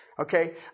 Okay